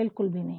बिल्कुल भी नहीं